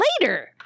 later